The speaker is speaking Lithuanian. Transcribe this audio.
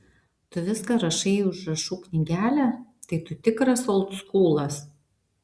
tu viską rašai į užrašų knygelę tai tu tikras oldskūlas